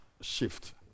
shift